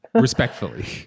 respectfully